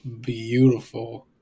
beautiful